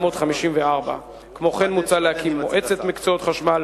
1954. כמו כן מוצע להקים מועצת מקצועות חשמל